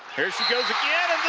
here she goes again, and